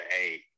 hey